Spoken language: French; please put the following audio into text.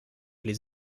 les